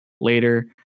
later